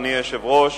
אדוני היושב-ראש,